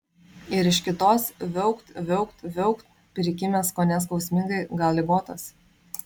ir iš kitos viaukt viaukt viaukt prikimęs kone skausmingai gal ligotas